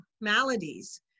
maladies